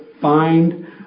find